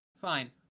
fine